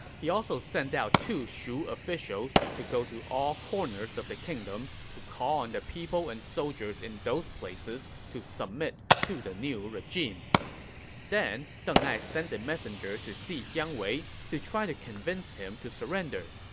he also sent out two shu officials to go to all corners of the kingdom to call on the people and soldiers in those places to submit to the new regime then, deng ai sent a messenger to see jiang wei to try to convince him to surrender.